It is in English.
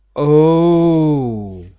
oh!